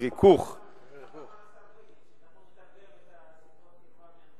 אה, ריחוק, חשבתי ריכוך.